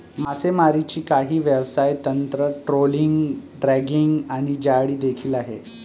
मासेमारीची काही व्यवसाय तंत्र, ट्रोलिंग, ड्रॅगिंग आणि जाळी देखील आहे